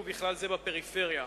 ובכלל זה בפריפריה.